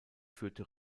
führte